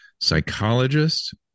psychologist